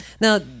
Now